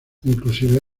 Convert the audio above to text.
inclusive